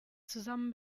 zusammen